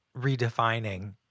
redefining